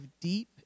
deep